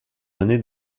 années